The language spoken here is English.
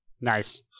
Nice